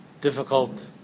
Difficult